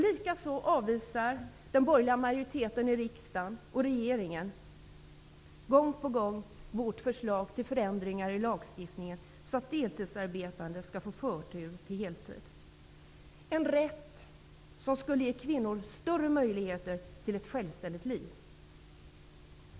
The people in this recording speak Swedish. Likaså avvisar den borgerliga majoriteten i riksdagen och regeringen gång på gång vårt förslag till förändringar i lagstiftningen, som går ut på att deltidsarbetande skall få förtur till heltid -- en rätt som skulle ge kvinnor större möjligheter till ett självständigt liv.